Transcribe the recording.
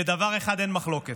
בדבר אחד אין מחלוקת,